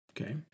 Okay